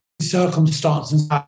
circumstances